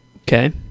Okay